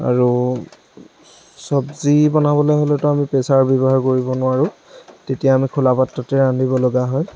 আৰু চবজি বনাবলে হ'লেতো আমি প্ৰেছাৰৰ ব্য়ৱহাৰ কৰিব নোৱাৰোঁ তেতিয়া আমি খোলা পাত্ৰতে ৰান্ধিব লগা হয়